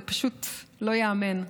זה פשוט לא ייאמן.